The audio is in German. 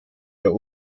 der